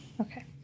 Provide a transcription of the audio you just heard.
Okay